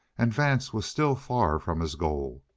and vance was still far from his goal,